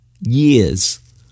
years